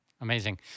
Amazing